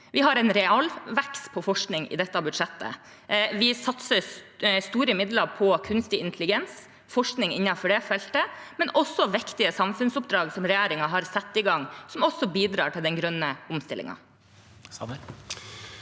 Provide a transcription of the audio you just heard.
Vi har en realvekst på forskning i dette budsjettet. Vi satser store midler på kunstig intelligens og forskning innenfor det feltet, men også på viktige samfunnsoppdrag som regjeringen har satt i gang, som bidrar til den grønne omstillingen.